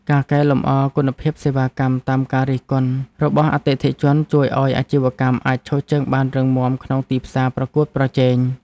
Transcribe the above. ការកែលម្អគុណភាពសេវាកម្មតាមការរិះគន់របស់អតិថិជនជួយឱ្យអាជីវកម្មអាចឈរជើងបានរឹងមាំក្នុងទីផ្សារប្រកួតប្រជែង។